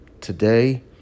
today